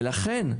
ולכן,